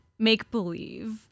make-believe